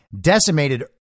decimated